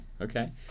okay